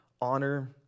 honor